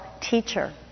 teacher